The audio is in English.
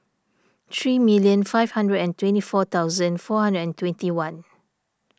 three million five hundred and twenty four thousand four hundred and twenty one